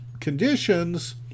conditions